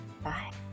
Bye